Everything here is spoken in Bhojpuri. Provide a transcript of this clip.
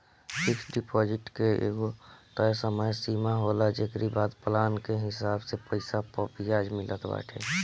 फिक्स डिपाजिट के एगो तय समय सीमा होला जेकरी बाद प्लान के हिसाब से पईसा पअ बियाज मिलत बाटे